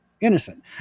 innocent